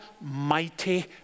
mighty